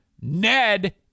Ned